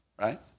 right